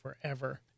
forever